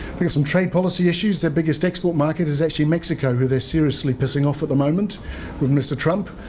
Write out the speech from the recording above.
there're some trade policy issues. there biggest export market is actually mexico who they're seriously pissing off at the moment with mr trump,